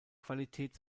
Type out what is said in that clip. qualität